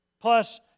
Plus